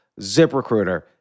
ZipRecruiter